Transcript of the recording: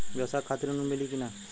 ब्यवसाय खातिर लोन मिली कि ना?